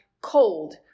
cold